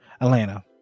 Atlanta